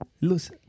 Lucy